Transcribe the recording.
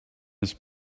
his